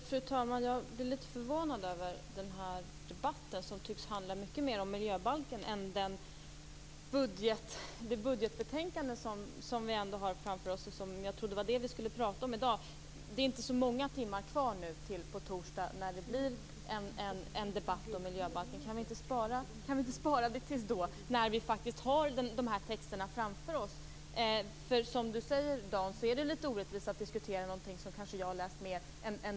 Fru talman! Jag blir litet förvånad över den här debatten, som tycks handla mycket mer om miljöbalken än om det budgetbetänkande som vi har framför oss. Jag trodde att det var det vi skulle prata om i dag. Det är inte så många timmar kvar till torsdag när det blir en debatt om miljöbalken. Kan vi inte spara debatten till dess, när vi har texterna framför oss? Som Dan Ericsson säger är det litet orättvist att diskutera någonting som jag kanske har läst mer om än han.